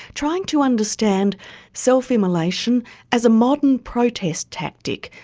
trying to understand self-immolation as a modern protest tactic,